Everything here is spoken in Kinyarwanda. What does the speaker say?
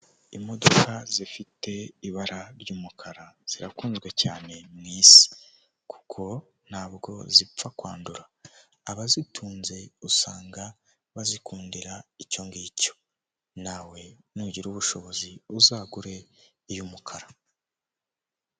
Imodoka zifite ibara ry'umukara zirakunzwe cyane mu isi kuko ntabwo zipfa kwandura, abazitunze usanga bazikundira icyo ng'icyo, nawe nugira ubushobozi uzagure iy'umukara.